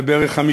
ל-5 בערך,